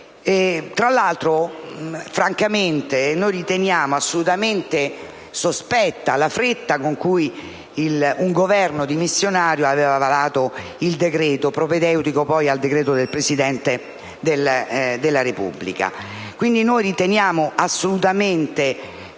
Tra l'altro, francamente noi riteniamo assolutamente sospetta la fretta con cui un Governo dimissionario aveva varato il decreto propedeutico al decreto del Presidente della Repubblica.